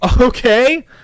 okay